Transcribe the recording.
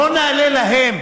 בוא נעלה להם